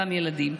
גם ילדים,